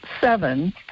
seven